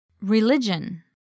Religion